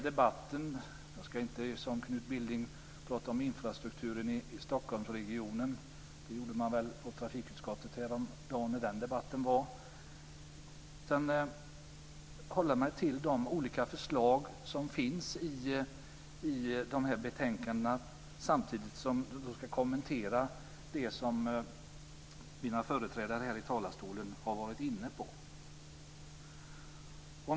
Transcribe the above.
Jag ska inte som Knut Billing prata om infrastrukturen i Stockholmsregionen. Det gjorde man i trafikutskottet häromdagen när den debatten hölls. Jag ska hålla mig till de olika förslag som finns i betänkandena, samtidigt som jag ska kommentera det som mina företrädare i talarstolen har varit inne på.